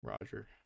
Roger